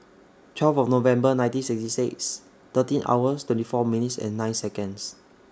twelve November nineteen sixty six thirteen hours twenty four minutes and nine Seconds